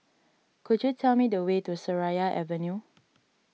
could you tell me the way to Seraya Avenue